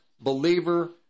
believer